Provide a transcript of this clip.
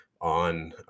on